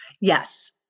Yes